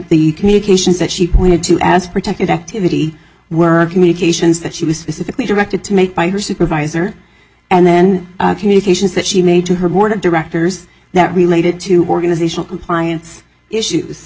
the communications that she pointed to as protected activity were communications that she was specifically directed to make by her supervisor and then communications that she made to her board of directors that related to organizational compliance issues